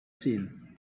seen